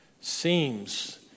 seems